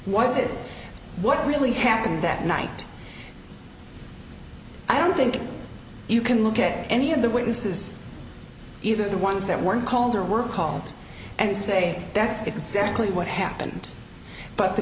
it what really happened that night i don't think you can look at any of the witnesses either the ones that weren't called or were called and say that's exactly what happened but the